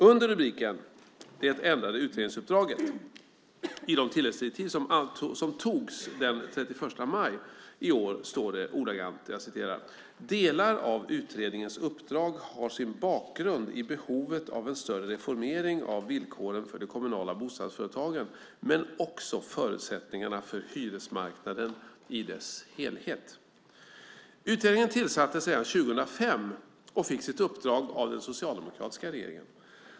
Under rubriken Det ändrade utredningsuppdraget i de tilläggsdirektiv som antogs den 31 maj i år står det ordagrant: "Delar av utredningens uppdrag har sin bakgrund i behovet av en större reformering av villkoren för de kommunala bostadsföretagen, men också förutsättningarna för hyresmarknaden i dess helhet." Utredningen tillsattes redan 2005 och fick sitt uppdrag av den socialdemokratiska regeringen.